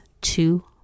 two